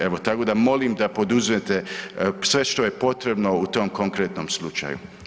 Evo, tako a molim da poduzmete sve što je potrebno u tom konkretnom slučaju.